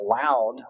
allowed